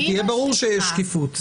כי ברור שיש שקיפות,